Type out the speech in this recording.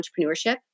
entrepreneurship